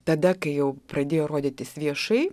tada kai jau pradėjo rodytis viešai